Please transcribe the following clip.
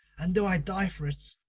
and, though i die for it,